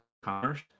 Commerce